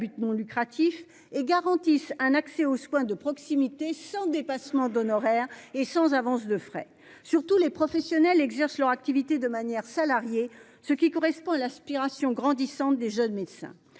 but non lucratif et garantissent un accès aux soins de proximité sans dépassement d'honoraires et sans avance de frais surtout les professionnels exercent leur activité de manière salariés ce qui correspond à l'aspiration grandissante des jeunes médecins.